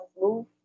move